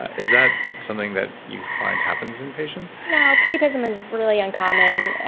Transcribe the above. is that something that you find happens in patients? no priapism is really uncommon.